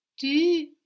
tu